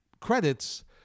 credits